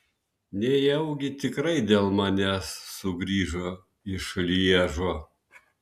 nejaugi tikrai dėl manęs sugrįžo iš lježo